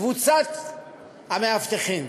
קבוצת המאבטחים.